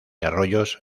arroyos